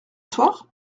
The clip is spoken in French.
soir